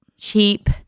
cheap